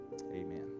Amen